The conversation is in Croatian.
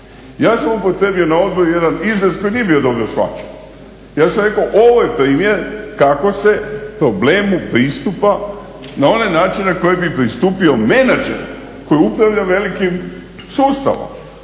Ja sam upotrijebio na odboru jedan izraz koji nije bio dobro shvaćen. Ja sam rekao ovo je primjer kako se problemu pristupa na onaj način na koji bi pristupio menadžer koji upravlja velikim sustavom